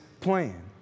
plan